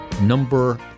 number